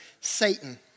Satan